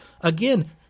Again